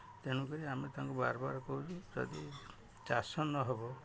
ତେଣୁକରି ଆମେ ତାଙ୍କୁ ବାର ବାର କହୁଛୁ ଯଦି ଚାଷ ନହେବ